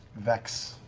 vex.